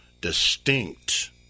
distinct